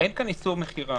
אין כאן איסור מכירה.